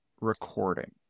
recording